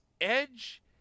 edge